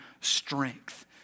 strength